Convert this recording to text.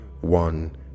One